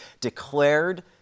Declared